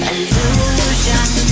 Illusion